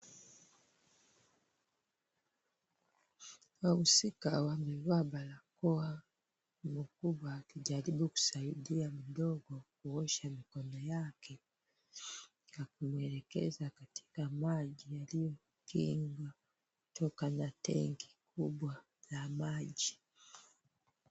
Wahusika wamevaa barakoa, mkubwa akijaribu kusaidia mdogo kuosha mikono yake na kumwelekeza katika maji yaliyokingwa kutokana na tenki kubwa la maji.